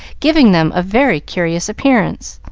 giving them a very curious appearance.